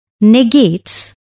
negates